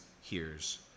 hears